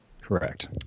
correct